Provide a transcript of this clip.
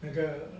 那个